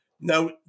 Now